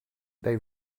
they